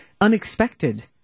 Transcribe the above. unexpected